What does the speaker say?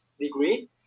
degree